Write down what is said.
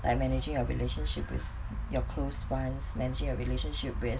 like managing your relationship with your close ones managing your relationship with